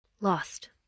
Lost